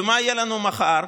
ומה יהיה לנו מחר,